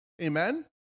Amen